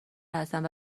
هستند